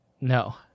No